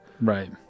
Right